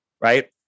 right